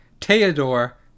Theodore